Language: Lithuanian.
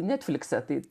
netflikse tai